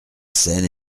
scène